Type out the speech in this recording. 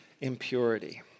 impurity